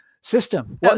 system